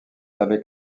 avec